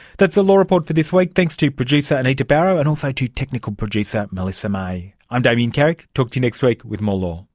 that's the law report for this week. thanks to producer anita barraud and also to technical producer melissa may. i'm damien carrick, talk to you next week with more law